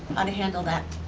and handle that?